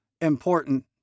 important